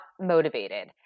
motivated